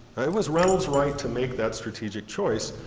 it was reynolds right to make that strategic choice.